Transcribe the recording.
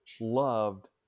loved